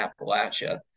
Appalachia